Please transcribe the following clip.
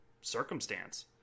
circumstance